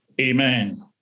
Amen